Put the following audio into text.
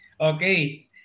Okay